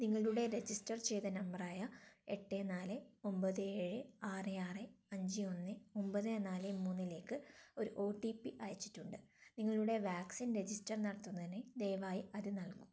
നിങ്ങളുടെ രജിസ്റ്റർ ചെയ്ത നമ്പർ ആയ എട്ട് നാല് ഒമ്പത് ഏഴ് ആറ് ആറ് അഞ്ച് ഒന്ന് ഒമ്പത് നാല് മൂന്നിലേക്ക് ഒരു ഒ ടി പി അയച്ചിട്ടുണ്ട് നിങ്ങളുടെ വാക്സിൻ രജിസ്റ്റർ നടത്തുന്നതിന് ദയവായി അത് നൽകുക